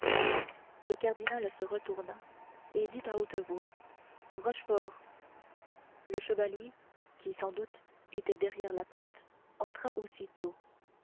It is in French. le cardinal se retourna et dit à haute voix rochefort le chevalier qui sans doute était derrière la porte entra aussitôt